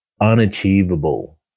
unachievable